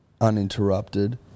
uninterrupted